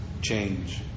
change